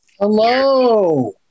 Hello